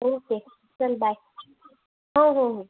okay चल bye हो हो हो